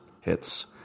hits